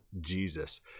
Jesus